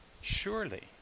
Surely